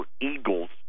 Eagles